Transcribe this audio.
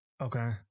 Okay